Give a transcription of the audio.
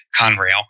Conrail